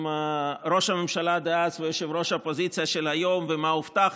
ראש הממשלה דאז וראש האופוזיציה של היום ומה הובטח